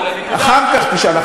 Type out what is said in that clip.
אחר כך תשאל.